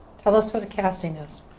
tell us what a casting is.